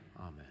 Amen